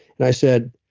and i said,